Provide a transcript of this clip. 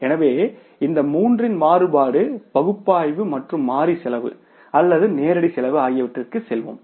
எனவே இந்த மூன்றின் மாறுபாடு பகுப்பாய்வு மற்றும் மாறி செலவு அல்லது நேரடி செலவு ஆகியவற்றிற்கு செல்வோம்